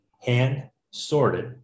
hand-sorted